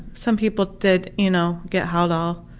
some people did you know get haldol.